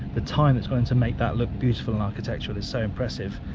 the time that's gone into make that look beautiful and architectural is so impressive,